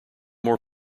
more